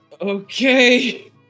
Okay